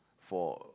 for